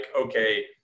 okay